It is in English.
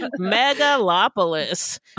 Megalopolis